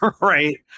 right